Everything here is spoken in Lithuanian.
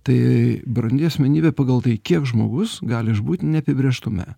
tai brandi asmenybė pagal tai kiek žmogus gali išbūt neapibrėžtume